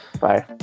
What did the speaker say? Bye